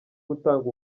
gutanga